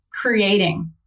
creating